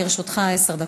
לרשותך עשר דקות.